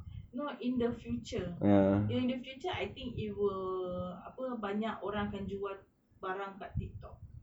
not in the future during the future I think it will apa banyak orang akan jual barang dekat tiktok